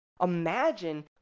imagine